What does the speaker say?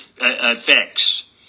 effects